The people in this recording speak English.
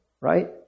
right